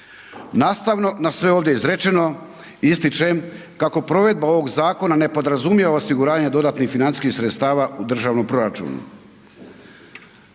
Nastavno na sve ovdje izrečeno ističem kako provedba ovog zakona ne podrazumijeva osiguranje dodatnih financijskih sredstava u državnom proračunu.